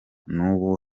n’ubu